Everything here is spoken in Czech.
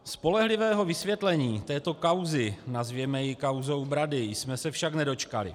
Spolehlivého vysvětlení této kauzy nazvěme ji kauzou Brady jsme se však nedočkali.